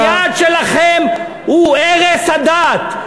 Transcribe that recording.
בגלל שהיעד שלכם הוא הרס הדת.